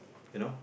you know